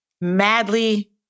madly